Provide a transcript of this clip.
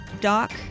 Doc